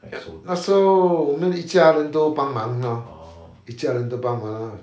ya 那时候我们一家人都帮忙 mah 一家人都帮忙